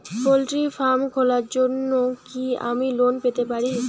Poultry farm খোলার জন্য কি আমি লোন পেতে পারি?